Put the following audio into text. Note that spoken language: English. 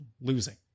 losing